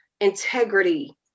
integrity